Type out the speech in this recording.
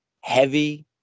heavy